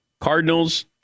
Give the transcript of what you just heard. Cardinals